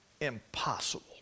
impossible